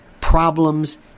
problems